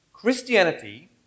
Christianity